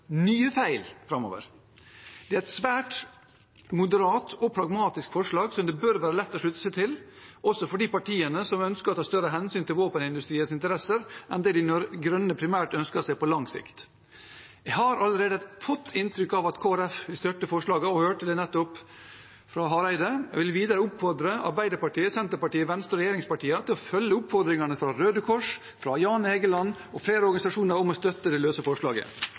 nye feil framover. Det er et svært moderat og pragmatisk forslag som det bør være lett å slutte seg til, også for de partiene som ønsker å ta større hensyn til våpenindustriens interesser enn det De Grønne primært ønsker seg på lang sikt. Jeg har allerede fått inntrykk av at Kristelig Folkeparti vil støtte forslaget og hørte det nettopp fra Hareide. Jeg vil videre oppfordre Arbeiderpartiet, Senterpartiet og Venstre og de andre regjeringspartiene til å følge oppfordringene fra Røde Kors, Jan Egeland og flere organisasjoner om å støtte det løse forslaget.